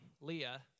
Leah